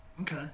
Okay